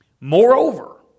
Moreover